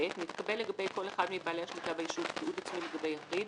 נתקבל לגבי כל אחד מבעלי השליטה בישות תיעוד עצמי לגבי יחיד,